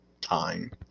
time